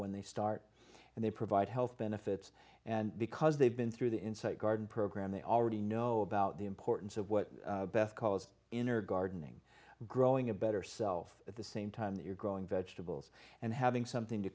when they start and they provide health benefits and because they've been through the inside garden program they already know about the importance of what beth calls inner gardening growing a better self at the same time that you're growing vegetables and having something to